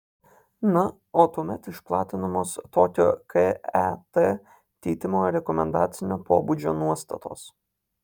na o tuomet išplatinamos tokio ket keitimo rekomendacinio pobūdžio nuostatos